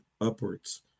upwards